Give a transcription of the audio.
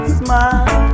smile